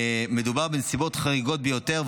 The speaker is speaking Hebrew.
מדובר בנסיבות חריגות ביותר.